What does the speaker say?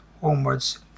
homewards